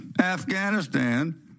Afghanistan